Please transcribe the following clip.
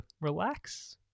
relax